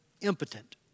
impotent